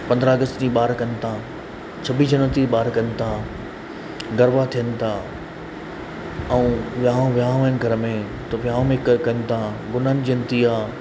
पंद्रहं अगस्त जीअं ॿार कनि था छबीस जनवरी ते बि ॿार कनि था गरबा थियनि था ऐं वियांव वियांव आहिनि घर में त वियांव में क कनि था गुरू नानक जयंती आहे